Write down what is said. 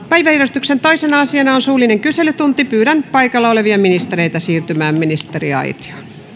päiväjärjestyksen toisena asiana on suullinen kyselytunti pyydän paikalla olevia ministereitä siirtymään ministeriaitioon